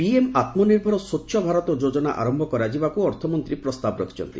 PM ଆତ୍ମନିର୍ଭର ସ୍ୱଚ୍ଛ ଭାରତ ଯୋଜନା ଆରମ୍ଭ କରାଯିବାକୁ ଅର୍ଥମନ୍ତ୍ରୀ ପ୍ରସ୍ତାବ ରଖିଛନ୍ତି